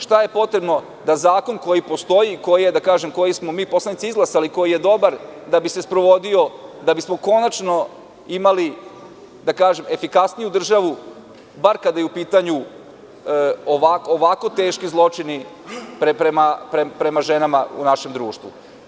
Šta je potrebno da zakon koji postoji, koji smo mi poslanici izglasali, koji je dobar, da bi se sprovodio, da bismo konačno imali efikasniju državu, bar kada su u pitanju ovako teški zločini prema ženama u našem društvu?